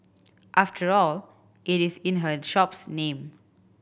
after all it is in her shop's name